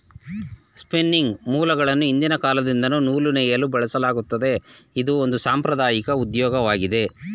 spinning ಮೂಲ್ಗಳನ್ನು ಹಿಂದಿನ ಕಾಲದಿಂದಲ್ಲೂ ನೂಲು ನೇಯಲು ಬಳಸಲಾಗತ್ತಿದೆ, ಇದು ಒಂದು ಸಾಂಪ್ರದಾಐಕ ಉದ್ಯೋಗವಾಗಿದೆ